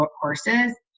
courses